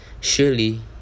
Surely